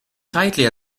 tightly